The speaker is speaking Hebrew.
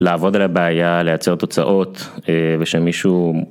לעבוד על הבעיה, לייצר תוצאות ושמישהו...